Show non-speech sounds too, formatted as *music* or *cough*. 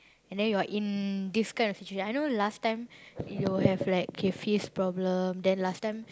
and then you are in this kind of situation I know last time *breath* you will have like K face problem then last time